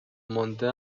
مانده